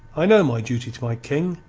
i know my duty to my king,